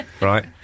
Right